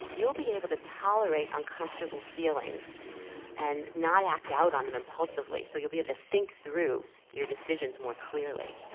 you'll be able to tolerate uncomfortable feelings and not act out on them impulsively, so you'll to be able to think through your decisions more clearly.